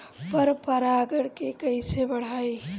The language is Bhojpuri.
पर परा गण के कईसे बढ़ाई?